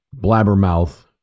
blabbermouth